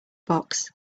box